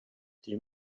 their